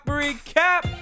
recap